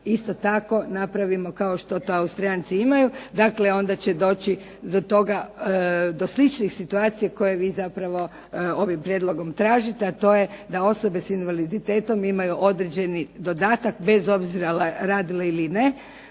isto tako napravimo kao što to Austrijanci imaju, onda će doći do sličnih situacija koje vi zapravo ovim prijedlogom tražite a to je da osobe s invaliditetom imaju određeni dodatak bez obzira radile ili ne.